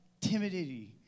timidity